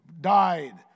died